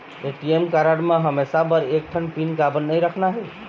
ATM card म हमेशा बर एक ठन पिन काबर नई रखना हे?